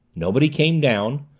nobody came down,